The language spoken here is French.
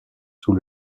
sous